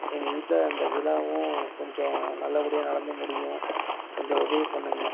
எங்கள் வீட்டில் அந்த விழாவும் கொஞ்சம் நல்லபடியாக நடந்து முடியும் கொஞ்சம் உதவி பண்ணுங்கள்